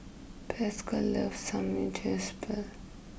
Pascal loves